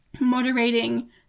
moderating